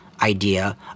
idea